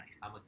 nice